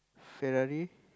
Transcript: Ferrari